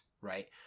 right